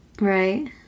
Right